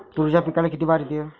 तुरीच्या पिकाले किती बार येते?